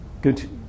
good